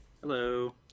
Hello